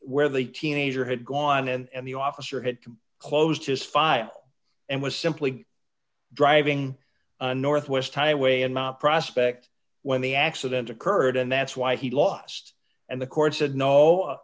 where the teenager had gone and the officer had closed his file and was simply driving a northwest highway and not prospect when the accident occurred and that's why he lost and the court said no